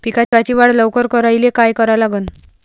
पिकाची वाढ लवकर करायले काय करा लागन?